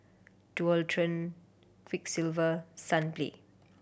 Dualtron Quiksilver Sunplay